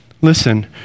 Listen